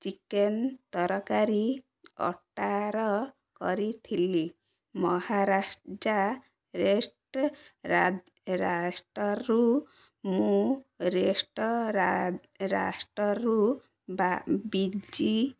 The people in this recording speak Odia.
ଚିକେନ ତରକାରୀ ଅର୍ଡର କରିଥିଲି ମହାରାଷ୍ଟ୍ର ରେଷ୍ଟୁରାଣ୍ଟରୁ